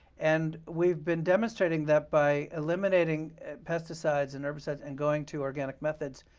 and we've been demonstrating that, by eliminating pesticides and herbicides, and going to organic methods,